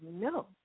no